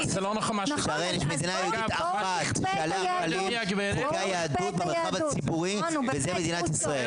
שעליה חלים כללי היהדות במרחב הציבורי וזו מדינת ישראל.